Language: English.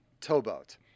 towboat